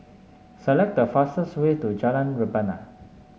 select the fastest way to Jalan Rebana